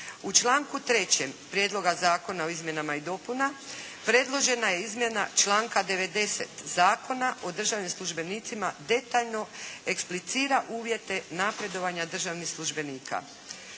U članku 3. Prijedloga Zakona o izmjenama i dopunama predložena je izmjena članka 90. Zakona o državnim službenicima detaljno eksplicira uvjete napredovanje državnih službenika.